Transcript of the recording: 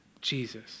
Jesus